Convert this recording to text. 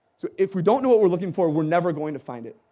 so if we don't know what we're looking for, we're never going to find it,